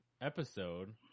episode